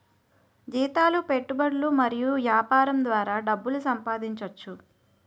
జీతాలు పెట్టుబడులు మరియు యాపారం ద్వారా డబ్బు సంపాదించోచ్చు